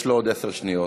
יש לו עוד עשר שניות.